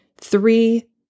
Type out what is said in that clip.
Three